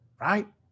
Right